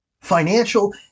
Financial